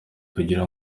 kugira